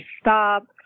stop